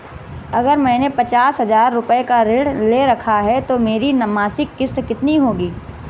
अगर मैंने पचास हज़ार रूपये का ऋण ले रखा है तो मेरी मासिक किश्त कितनी होगी?